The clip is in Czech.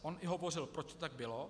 On i hovořil, proč to tak bylo.